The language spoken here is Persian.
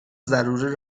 ضروری